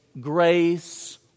grace